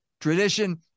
tradition